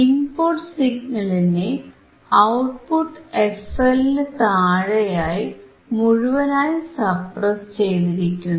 input സിഗ്നലിനെ ഔട്ട്പുട്ടിൽ fL നു താഴെയായി മുഴുവനായി സപ്രസ്സ് ചെയ്തിരിക്കുന്നു